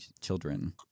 children